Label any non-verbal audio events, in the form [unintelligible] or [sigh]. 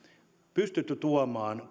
pystytty tuomaan [unintelligible]